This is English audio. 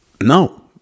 no